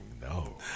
no